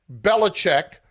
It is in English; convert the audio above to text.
Belichick